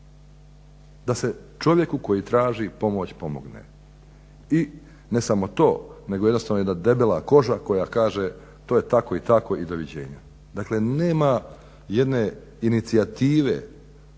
da se čovjeku koji taži pomoć pomogne. I ne samo to, nego jednostavno jedna debela koža koja kaže to je tako i tako i doviđenja. Dakle nema jedne inicijative